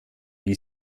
wie